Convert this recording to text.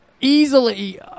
easily –